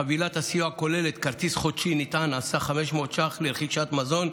חבילת הסיוע כוללת כרטיס חודשי נטען על סך 500 ש"ח לרכישת מזון,